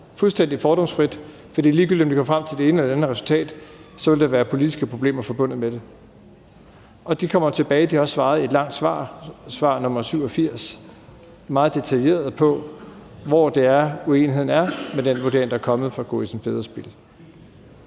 fuldstændig fordomsfrit. For ligegyldigt om de kom frem til det ene eller det andet resultat, ville der være politiske problemer forbundet med det. Og de kommer tilbage og har i et langt svar, nemlig svaret på spørgsmål 87, svaret meget detaljeret på, hvor det er, at uenigheden er, i forhold til den vurdering, der er kommet fra Gorrissen Federspiel.